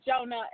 Jonah